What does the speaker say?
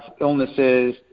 illnesses